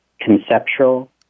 conceptual